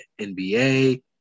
nba